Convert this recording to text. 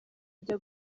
ajya